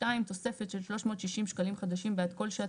(2) תוספת של 360 שקלים חדשים בעד כל שעת